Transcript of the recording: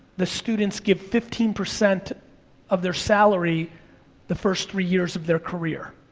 the students give fifteen percent of their salary the first three years of their career.